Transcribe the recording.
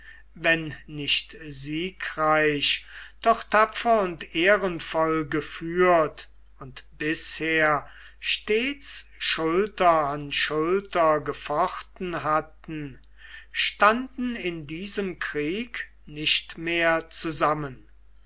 wenn nicht siegreich doch tapfer und ehrenvoll geführt und bisher stets schulter an schulter gefochten hatten standen in diesem krieg nicht mehr zusammen